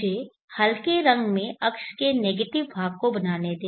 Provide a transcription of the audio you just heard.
मुझे हल्के रंग में अक्ष के नेगेटिव भाग को बनाने दें